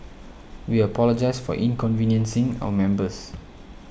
we apologise for inconveniencing our members